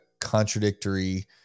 contradictory